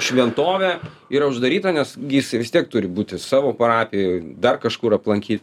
šventovė yra uždaryta nes gi jisai vis tiek turi būti savo parapijoj dar kažkur aplankyt